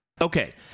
Okay